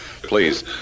Please